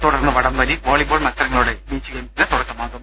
തുടർന്ന് വടംവലി വോളിബോൾ മത്സരങ്ങളോടെ ബീച്ച് ഗെയിംസിന് തുടക്കമാകും